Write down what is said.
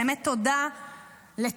באמת תודה לטראמפ.